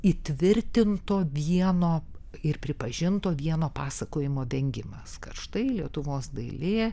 įtvirtinto vieno ir pripažinto vieno pasakojimo vengimas kad štai lietuvos dailė